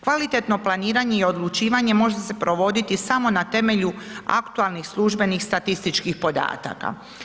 Kvalitetno planiranje i odlučivanje može se provoditi samo na temelju aktualnih službenih statističkih podataka.